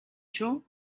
шүү